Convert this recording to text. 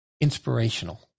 inspirational